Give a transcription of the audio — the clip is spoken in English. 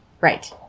Right